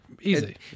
Easy